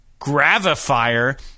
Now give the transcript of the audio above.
Gravifier